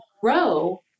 grow